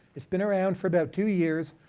it's been around for about two years.